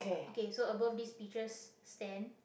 okay so above this peaches stand